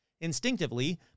Instinctively